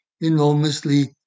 enormously